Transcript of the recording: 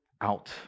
out